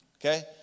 okay